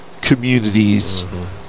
communities